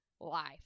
Life